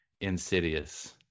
insidious